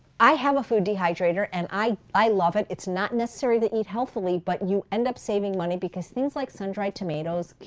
i have a food dehydrator and i i love it. it's not necessary to eat healthfully, but you end up saving money because things like sundried tomatoes,